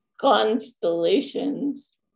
constellations